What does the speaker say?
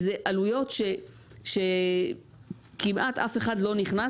כי זה עלויות שכמעט אף אחד לא נכנס